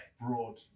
broad